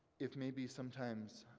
if maybe sometimes,